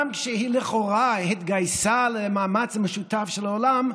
גם כשהיא לכאורה התגייסה למאמץ משותף של העולם,